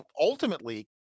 ultimately